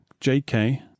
JK